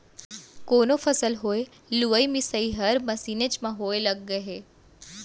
कोनो फसल होय लुवई मिसई हर मसीनेच म होय लग गय हे